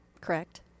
Correct